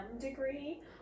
degree